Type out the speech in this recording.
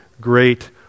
great